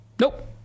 Nope